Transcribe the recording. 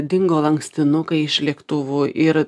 dingo lankstinukai iš lėktuvų ir